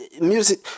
Music